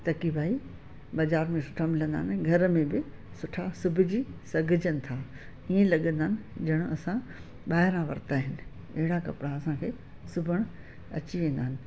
त की भाई बाजारि में सुठा मिलंदा आहिनि घर में बि सुठा सिबजी सघजनि था ईअं लॻंदा आहिनि ॼण असां ॿाहिरा वरिता आहिनि एड़ा कपिड़ा असांखे सिबण अची वेंदा आहिनि